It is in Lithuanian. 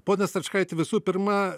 pone stračkaiti visų pirma